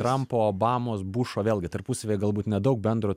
trampo obamos bušo vėlgi tarpusavyje galbūt nedaug bendro